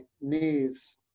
knees